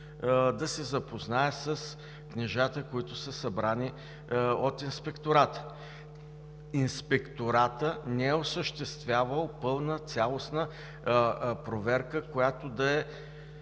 да се запозная с книжата, които са събрани от Инспектората. Инспекторатът не е осъществявал пълна цялостна проверка, която да е,